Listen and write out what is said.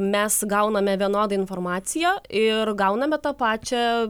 mes gauname vienodą informaciją ir gauname tą pačią